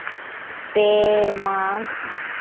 ᱯᱮ ᱢᱟᱜᱽ